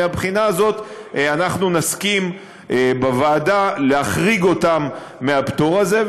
מהבחינה הזאת אנחנו נסכים בוועדה להחריג אותן מהפטור הזה,